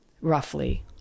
roughly